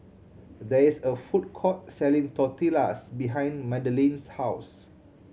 there is a food court selling Tortillas behind Madeline's house